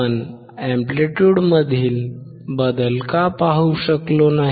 आपण एंप्लिट्युडमधील बदल का पाहू शकलो नाही